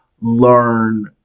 learn